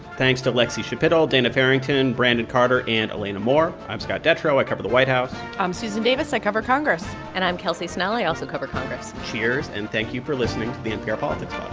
thanks to lexie schapitl, dana farrington, and brandon carter and elena moore i'm scott detrow. i cover the white house i'm susan davis. i cover congress and i'm kelsey snell. i also cover congress cheers, and thank you for listening to the npr politics